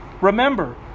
Remember